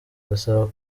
basaba